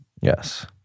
Yes